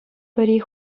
пӗри